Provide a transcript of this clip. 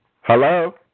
Hello